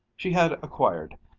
she had acquired,